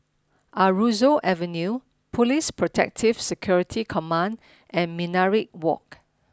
Aroozoo Avenue Police Protective Security Command and Minaret Walk